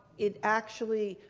it actually.